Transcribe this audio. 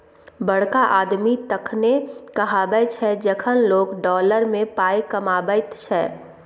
बड़का आदमी तखने कहाबै छै जखन लोक डॉलर मे पाय कमाबैत छै